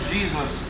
Jesus